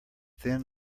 thin